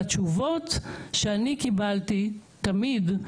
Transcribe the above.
והתשובות שאני קיבלתי תמיד,